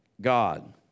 God